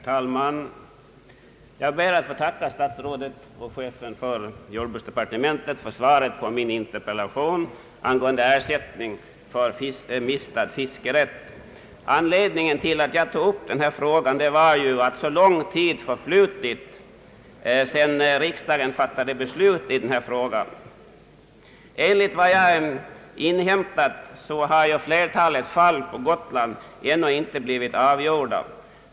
Herr talman! Jag ber att få tacka statsrådet och chefen för jordbruksdepartementet för svaret på min interpellation om ersättning för mistad fiskerätt. Jag har tagit upp denna fråga därför att det har förflutit så lång tid sedan riksdagen fattade sitt beslut i ärendet. Enligt vad jag inhämtat har när det gäller Gotland flertalet mål om sådan ersättning ännu inte blivit avgjorda.